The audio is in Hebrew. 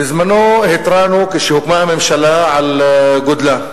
בזמננו התרענו כשהוקמה הממשלה, על גודלה,